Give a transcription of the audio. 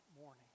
morning